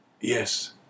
Yes